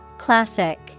Classic